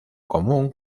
común